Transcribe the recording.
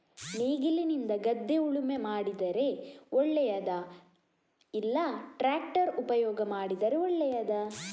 ನೇಗಿಲಿನಿಂದ ಗದ್ದೆ ಉಳುಮೆ ಮಾಡಿದರೆ ಒಳ್ಳೆಯದಾ ಇಲ್ಲ ಟ್ರ್ಯಾಕ್ಟರ್ ಉಪಯೋಗ ಮಾಡಿದರೆ ಒಳ್ಳೆಯದಾ?